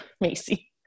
Macy